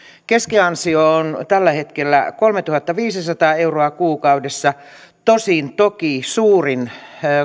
keskiansio on tällä hetkellä kolmetuhattaviisisataa euroa kuukaudessa tosin toki suurin